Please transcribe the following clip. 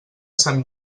sant